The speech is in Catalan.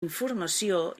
informació